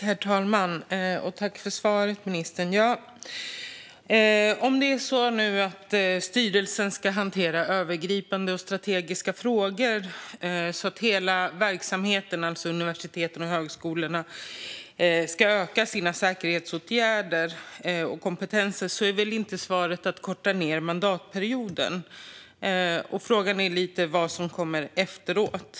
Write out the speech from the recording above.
Herr talman! Tack, ministern, för svaret! Om nu styrelserna ska hantera övergripande och strategiska frågor för att hela verksamheten, alltså universiteten och högskolorna, ska öka sina säkerhetsåtgärder och kompetenser är väl inte svaret att korta ned mandatperioderna? Och frågan är vad som kommer efteråt.